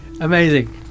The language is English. amazing